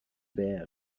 bare